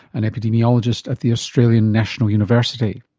an epidemiologist at the australian national university.